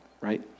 right